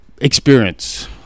experience